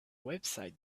website